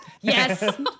Yes